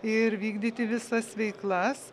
ir vykdyti visas veiklas